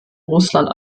russland